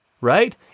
Right